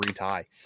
retie